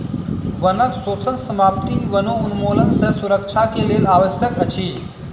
वनक शोषण समाप्ति वनोन्मूलन सँ सुरक्षा के लेल आवश्यक अछि